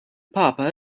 papa